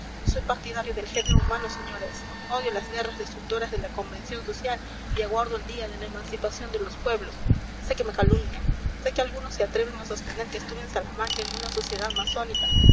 soy partidario del género humano señores odio las guerras destructoras de la convención social y aguardo el día de la emancipación de los pueblos sé que me calumnian sé que algunos se atreven a sostener que estuve en salamanca en una sociedad masónica